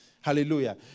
Hallelujah